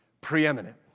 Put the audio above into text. preeminent